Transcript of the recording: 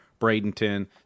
Bradenton